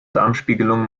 darmspiegelung